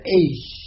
age